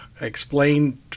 explain